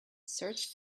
search